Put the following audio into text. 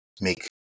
make